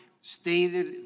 stated